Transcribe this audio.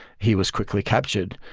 he was quickly captured,